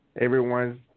everyone's